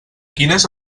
quines